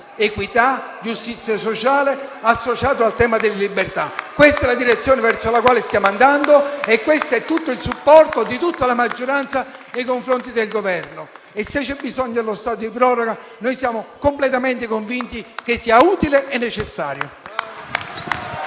equità e giustizia sociale, associate al tema delle libertà. Questa è la direzione verso la quale stiamo andando e questo è il supporto dell'intera maggioranza nei confronti del Governo. E se c'è bisogno dello stato di proroga, noi siamo completamente convinti che sia utile e necessario.